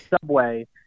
subway